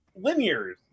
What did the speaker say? linear